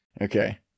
Okay